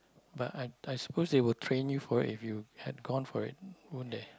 but I I suppose they will train you for it if you had gone for it won't they